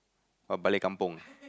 [wah] balik-kampung